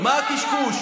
מה קשקוש?